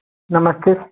नमस्ते